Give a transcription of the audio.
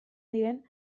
diren